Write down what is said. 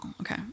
Okay